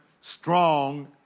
strong